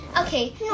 okay